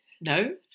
no